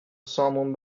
سامون